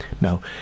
Now